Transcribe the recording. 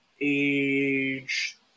age